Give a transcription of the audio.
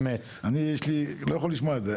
אני לא יכול לשמוע את זה.